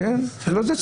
זה לא נגד